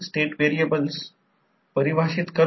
तर याचा अर्थ या दोघांना पॅरलल सर्किटमध्ये आणणे